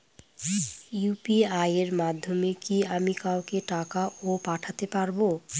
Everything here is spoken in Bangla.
ইউ.পি.আই এর মাধ্যমে কি আমি কাউকে টাকা ও পাঠাতে পারবো?